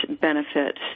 benefit